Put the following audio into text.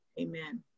Amen